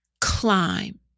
climb